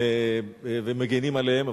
ומגינים עליהם.